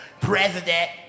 president